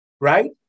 Right